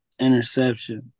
interception